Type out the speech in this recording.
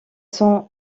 sont